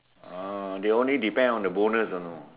ah they only depend on the bonus you know